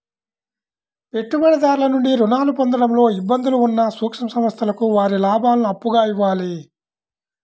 పెట్టుబడిదారుల నుండి రుణాలు పొందడంలో ఇబ్బందులు ఉన్న సూక్ష్మ సంస్థలకు వారి లాభాలను అప్పుగా ఇవ్వాలి